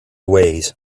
ways